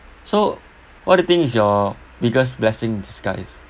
so what do you think is your biggest blessing in disguise